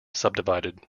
subdivided